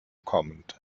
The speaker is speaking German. kommend